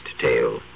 tale